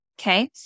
Okay